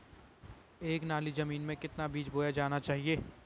एक नाली जमीन में कितना बीज बोया जाना चाहिए?